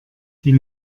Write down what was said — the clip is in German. die